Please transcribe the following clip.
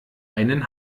einen